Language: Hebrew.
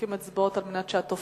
מחזיקים אצבעות על מנת שהתופעה